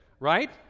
right